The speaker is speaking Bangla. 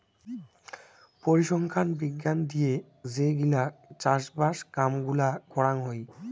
পরিসংখ্যান বিজ্ঞান দিয়ে যে গিলা চাষবাস কাম গুলা করাং হই